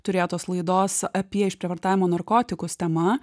turėtos laidos apie išprievartavimo narkotikus tema